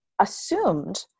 assumed